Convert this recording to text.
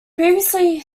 previously